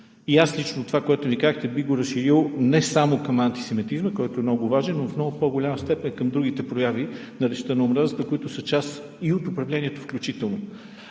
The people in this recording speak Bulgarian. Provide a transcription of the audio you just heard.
включва. Това, което ми казахте, аз лично бих го разширил не само към антисемитизма, който е много важен, но в много по-голяма степен към другите прояви на речта на омразата, които са част и от управлението включително.